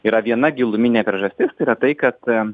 yra viena giluminė priežastis tai yra tai kad